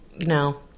no